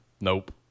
Nope